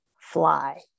fly